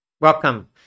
Welcome